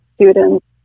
students